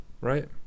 Right